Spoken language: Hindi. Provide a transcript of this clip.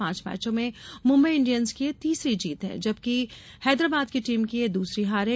पांच मैचों में मुंबई इंडियन्स की यह तीसरी जीत है जबकि हैदराबाद की टीम की यह दूसरी हार है